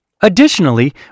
Additionally